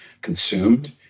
consumed